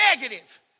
negative